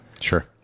Sure